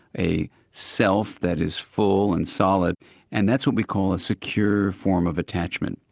a self that is full and solid and that's what we call a secure form of attachment.